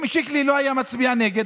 אם שיקלי לא היה מצביע נגד,